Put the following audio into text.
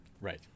Right